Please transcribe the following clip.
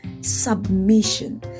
submission